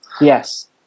Yes